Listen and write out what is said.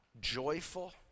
joyful